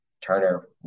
Turner